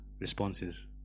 responses